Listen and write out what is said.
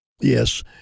Yes